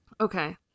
Okay